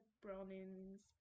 Browning's